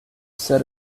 set